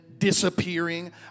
disappearing